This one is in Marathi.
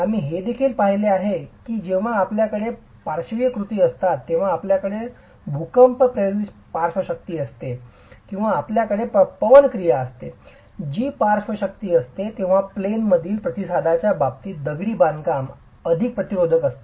आम्ही हे देखील पाहिले आहे की जेव्हा आपल्याकडे पार्श्विक कृती असतात जेव्हा आपल्याकडे भूकंप प्रेरित पार्श्व शक्ती असते किंवा आपल्याकडे पवन क्रिया असते जी पार्श्व शक्ती असते तेव्हा प्लेन मधीलतील प्रतिसादाच्या बाबतीत दगडी बांधकाम अधिक प्रतिरोधक असते